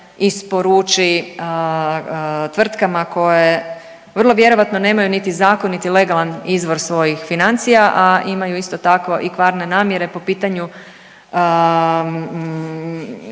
isporuči tvrtkama koje vrlo vjerojatno nemaju niti zakonit i legalan izvor svojih financija, a imaju isto tako i kvarne namjere po pitanju